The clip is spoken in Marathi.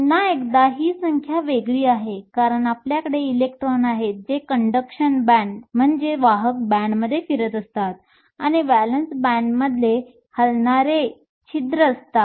पुन्हा एकदा ही संख्या वेगळी आहे कारण आपल्याकडे इलेक्ट्रॉन आहेत जे कंडक्शन बँडमध्ये फिरत असतात आणि व्हॅलेन्स बँडमध्ये हलणारे छिद्र असतात